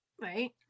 Right